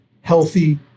healthy